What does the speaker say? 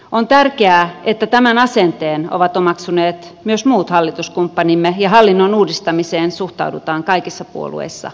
on tärkeää että tämän asenteen ovat omaksuneet myös muut hallituskumppanimme ja hallinnon uudistamiseen suhtaudutaan kaikissa puolueissa avoimin mielin